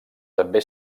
també